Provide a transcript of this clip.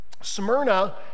Smyrna